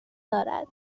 دارد